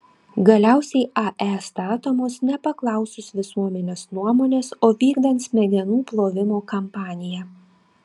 galiausiai ae statomos nepaklausus visuomenės nuomonės o vykdant smegenų plovimo kampaniją